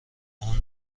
اون